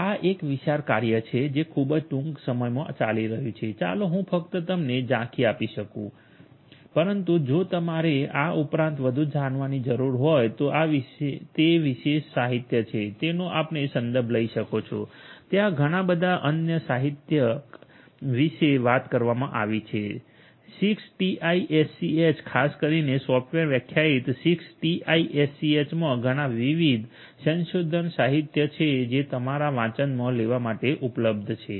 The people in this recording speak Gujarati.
આ એક વિશાળ કાર્ય છે જે ખૂબ જ ટૂંક સમયમાં ચાલી રહ્યું છે ચાલો હું ફક્ત તમને ઝાખી આપી શકું પરંતુ જો તમારે આ ઉપરાંત વધુ જાણવાની જરૂર હોય તો આ તે વિશેષ સાહિત્ય છે જેનો આપણે સંદર્ભ લઈ શકો છો ત્યાં ઘણા બધા અન્ય સાહિત્યિક વિશે વાત કરવામાં આવી રહી છે 6TiSCH ખાસ કરીને સોફ્ટવેર વ્યાખ્યાયિત 6TiSCH માં ઘણાં વિવિધ સંશોધન સાહિત્ય છે જે તમારા વાંચનમાં લેવા માટે ઉપલબ્ધ છે